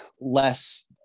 less